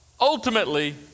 ultimately